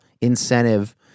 incentive